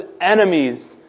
enemies